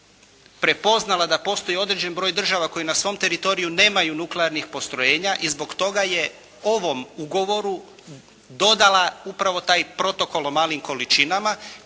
prepoznala da postoji određeni broj država koje na svom teritoriju nemaju nuklearnih postrojenja i zbog toga je ovom ugovoru dodala upravo taj Protokol o malim količinama